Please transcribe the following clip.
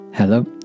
Hello